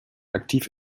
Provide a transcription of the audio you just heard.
aktiv